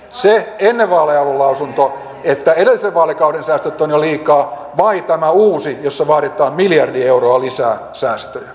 se ennen vaaleja ollut lausunto että edellisen vaalikauden säästöt ovat jo liikaa vai tämä uusi jossa vaaditaan miljardi euroa lisää säästöjä